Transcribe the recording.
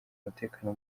umutekano